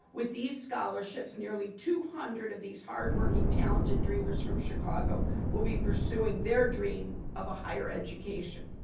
with these scholarships, nearly two hundred of these hardworking, talented dreamers from chicago will be pursuing their dream of a higher education.